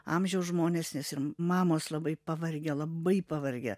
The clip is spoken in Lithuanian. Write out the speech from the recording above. amžiaus žmonės nes ir mamos labai pavargę labai pavargę